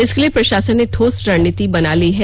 इसके लिए प्रशासन ने ठोस रणनीति बना ली है